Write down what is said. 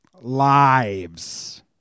Lives